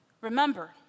Remember